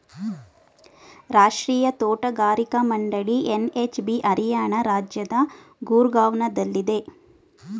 ರಾಷ್ಟ್ರೀಯ ತೋಟಗಾರಿಕಾ ಮಂಡಳಿ ಎನ್.ಎಚ್.ಬಿ ಹರಿಯಾಣ ರಾಜ್ಯದ ಗೂರ್ಗಾವ್ನಲ್ಲಿದೆ